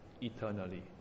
eternally